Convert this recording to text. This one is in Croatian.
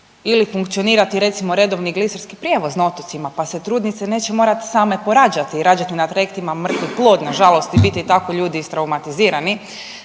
ili funkcionirati recimo redovni gliserski prijevoz na otocima pa se trudnice neće morati same porađati i rađati na trajektima mrtvi plod nažalost i biti tako ljudi istraumatizirani,